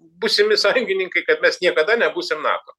būsimi sąjungininkai kad mes niekada nebūsim nato